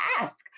ask